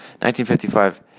1955